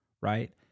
right